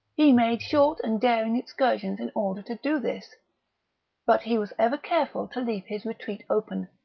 he made short and daring excursions in order to do this but he was ever careful to leave his retreat open,